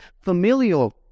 familial